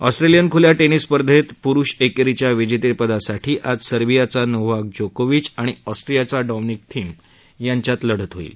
Australian खुल्या tennis स्पर्धेत पुरुष एकेरीच्या विजेतेपदासाठी आज सर्दियाचा नोव्हाक जोकोविच आणि ऑस्ट्रियाचा डॅमिनिक थीम यांच्यात लढत होईल